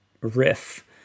riff